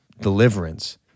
deliverance